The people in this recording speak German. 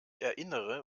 erinnere